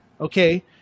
okay